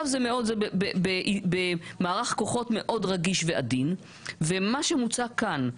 זה מערך מאוד רגיש ועדין ומה שמוצע כאן,